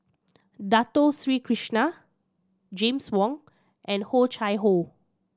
Dato Sri Krishna James Wong and Oh Chai Hoo